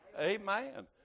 Amen